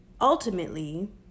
ultimately